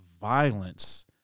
violence